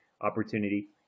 opportunity